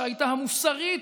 שהייתה המוסרית,